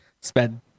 Sped